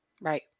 Right